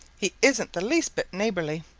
he isn't the least bit neighborly.